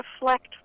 reflect